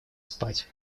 спать